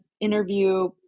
interview